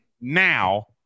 Now